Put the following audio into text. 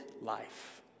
life